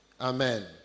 Amen